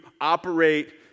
operate